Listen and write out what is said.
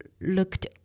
looked